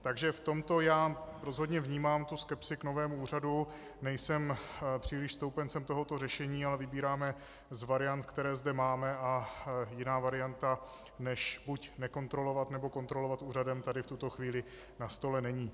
Takže v tomto já rozhodně vnímám skepsi k novému úřadu, nejsem příliš stoupencem tohoto řešení, ale vybíráme z variant, které zde máme, a jiná varianta než buď nekontrolovat, nebo kontrolovat úřadem tady v tuto chvíli na stole není.